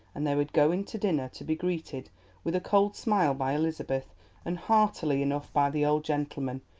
and they would go in to dinner, to be greeted with a cold smile by elizabeth and heartily enough by the old gentleman,